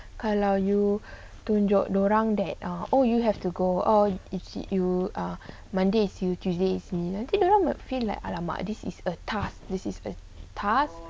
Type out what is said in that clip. kalau you tunjuk dia orang that oh you have to go you monday is usually is me feel like !alamak! this is a task this is a task